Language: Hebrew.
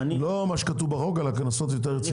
לא מה שכתוב בחוק אלא קנסות יותר רציניים.